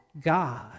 God